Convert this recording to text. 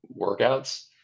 workouts